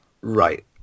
right